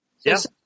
Yes